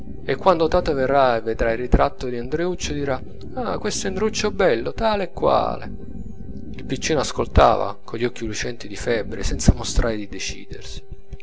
e quando tata verrà e vedrà il ritratto di nndreuccio dirà questo è ndreuccio bello tale e quale il piccino ascoltava con gli occhi lucenti di febbre senza mostrare di decidersi